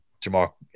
Jamal